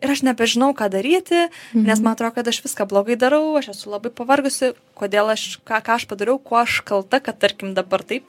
ir aš nebežinau ką daryti nes ma atro kad aš viską blogai darau aš esu labai pavargusi kodėl aš ką ką aš padariau kuo aš kalta kad tarkim dabar taip